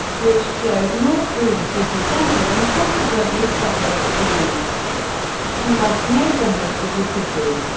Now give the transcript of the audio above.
which flows north through the city center and consequently separates the east and west neighborhoods of the city.